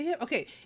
okay